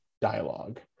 dialogue